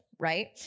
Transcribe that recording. right